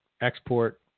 export